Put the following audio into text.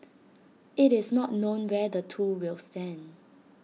IT is not known where the two will stand